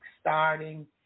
starting